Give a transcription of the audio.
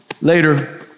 Later